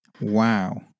Wow